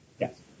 Yes